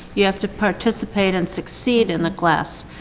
you have to participate and succeed in the class.